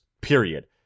Period